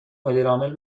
مدیرعامل